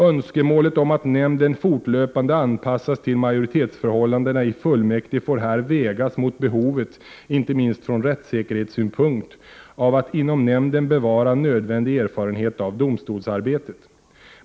Önskemålet om att nämnden fortlöpande anpassas till majoritetsförhållandena i fullmäktige får här vägas mot behovet, inte minst från rättssäkerhetssynpunkt, av att inom nämnden bevara nödvändig erfarenhet av domstolsarbetet.